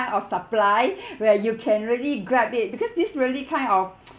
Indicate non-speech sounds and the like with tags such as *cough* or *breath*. of supply *breath* where you can really grab it because this really kind of *noise*